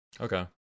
Okay